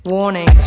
Warning